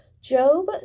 Job